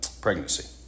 pregnancy